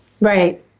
Right